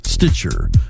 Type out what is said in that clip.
Stitcher